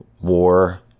war